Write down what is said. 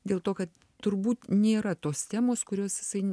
dėl to kad turbūt nėra tos temos kurios jisai